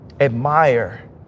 Admire